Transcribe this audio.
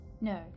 No